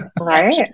right